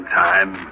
time